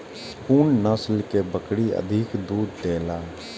कुन नस्ल के बकरी अधिक दूध देला?